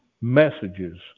messages